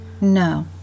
No